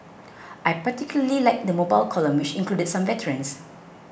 I particularly liked the mobile column which included some veterans